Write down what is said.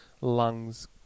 lungs